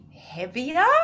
heavier